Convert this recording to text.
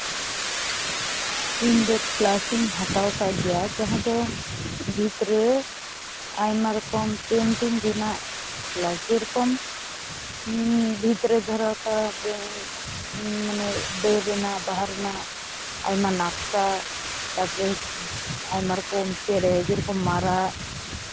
ᱤᱧ ᱫᱚ ᱠᱞᱟᱥᱤᱧ ᱦᱟᱛᱟᱣ ᱠᱟᱜ ᱜᱮᱭᱟ ᱡᱟᱦᱟᱸ ᱫᱚ ᱵᱷᱤᱛ ᱨᱮ ᱟᱭᱢᱟ ᱨᱚᱠᱚᱢ ᱯᱮᱱᱴᱤᱝ ᱨᱮᱱᱟᱜ ᱠᱞᱟᱥ ᱡᱮᱨᱚᱠᱚᱢ ᱵᱷᱤᱛ ᱨᱮ ᱫᱷᱚᱨᱚ ᱟᱸᱠᱟᱣ ᱢᱟᱱᱮ ᱰᱟᱹᱨ ᱨᱮᱱᱟᱜ ᱵᱟᱦᱟ ᱨᱮᱱᱟᱜ ᱟᱭᱢᱟ ᱱᱟᱠᱥᱟ ᱛᱟᱯᱚᱨᱮ ᱟᱭᱢᱟ ᱨᱚᱠᱚᱢ ᱪᱮᱬᱮ ᱡᱮᱞᱮᱠᱟ ᱢᱟᱨᱟᱜ